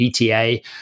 ETA